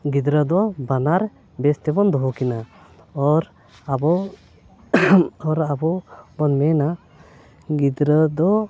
ᱜᱤᱫᱽᱨᱟᱹ ᱫᱚ ᱵᱟᱱᱟᱨ ᱵᱮᱥ ᱛᱮᱵᱚᱱ ᱫᱚᱦᱚ ᱠᱤᱱᱟᱹ ᱚᱨ ᱟᱵᱚ ᱟᱵᱚᱵᱚᱱ ᱢᱮᱱᱟ ᱜᱤᱫᱽᱨᱟᱹ ᱫᱚ